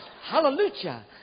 Hallelujah